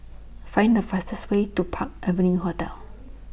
Find The fastest Way to Park Avenue Hotel